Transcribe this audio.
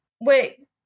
wait